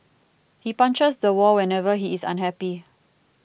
he punches the wall whenever he is unhappy